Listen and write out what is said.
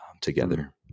together